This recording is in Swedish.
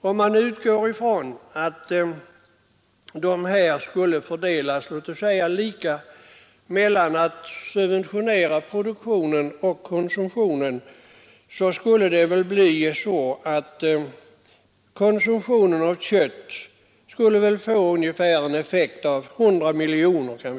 Om man utgår från att det beloppet skulle fördelas lika på en subventionering av produktionen och av konsumtionen kanske konsumtionen av kött skulle subventioneras med 100 miljoner kronor.